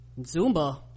Zumba